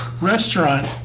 restaurant